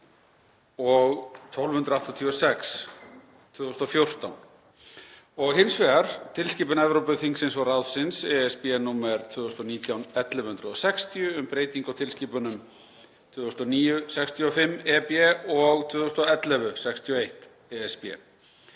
og 1286/2014, og hins vegar tilskipun Evrópuþingsins og ráðsins (ESB), nr. 2019/1160 um breytingu á tilskipunum 2009/65/EB og 2011/61/ESB